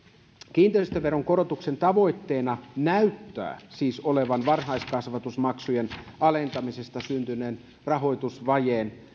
kiinteistöveron korotuksen tavoitteena näyttää siis olevan varhaiskasvatusmaksujen alentamisesta syntyneen rahoitusvajeen